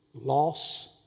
Loss